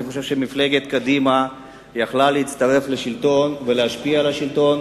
אני חושב שמפלגת קדימה יכלה להצטרף לשלטון ולהשפיע על השלטון,